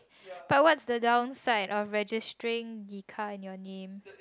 but what's the downside of registering the car in your name